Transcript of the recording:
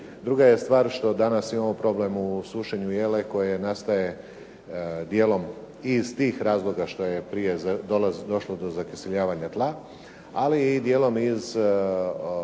Druga je stvar što danas imamo problem u sušenju jele koje nastaje dijelom i iz tih razloga što je prije došlo do zakiseljavanja tla, ali i dijelom iz